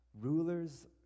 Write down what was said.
Rulers